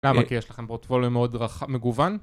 למה? כי יש לכם פרוטפוליו מאוד מגוון?